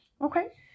Okay